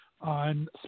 on